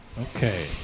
Okay